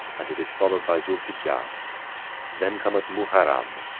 and it is followed by zu'l hijjah then cometh muharram,